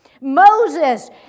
Moses